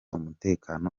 umutekano